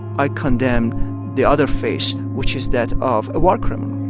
i condemn the other face, which is that of a war criminal